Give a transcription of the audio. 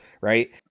Right